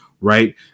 right